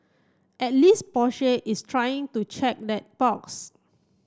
at least Porsche is trying to check that box